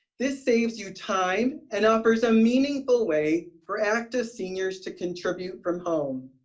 this saves you time and offers a meaningful way for active seniors to contribute from home.